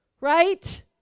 right